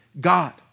God